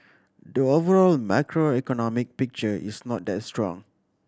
the overall macroeconomic picture is not that strong